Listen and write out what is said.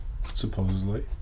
Supposedly